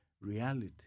reality